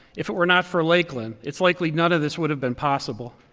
if it were not for lakeland, it's likely none of this would have been possible.